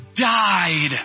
died